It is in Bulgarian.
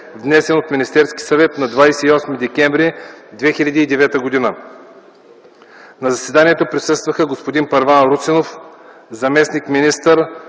внесен от Министерския съвет на 28 декември 2009 г. На заседанието присъстваха господин Първан Русинов – заместник-министър